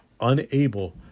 unable